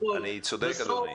אני צודק, אדוני?